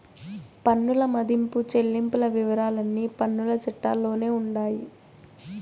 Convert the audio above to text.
పన్నుల మదింపు చెల్లింపుల వివరాలన్నీ పన్నుల చట్టాల్లోనే ఉండాయి